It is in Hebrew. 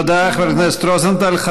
תודה, חבר הכנסת רוזנטל.